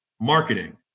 marketing